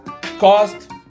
Cost